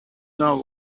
know